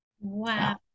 Wow